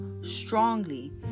strongly